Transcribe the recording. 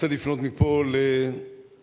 רוצה לפנות מפה לרמטכ"ל,